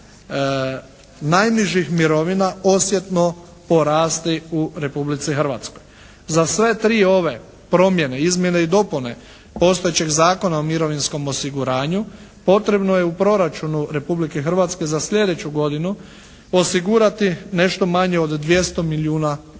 najnižih mirovina osjetno porasti u Republici Hrvatskoj. Za sve tri ove promjene, izmjene i dopune postojećeg Zakona o mirovinskom osiguranju, potrebno je u proračunu Republike Hrvatske za sljedeću godinu osigurati nešto manje od 200 milijuna kuna.